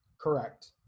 Correct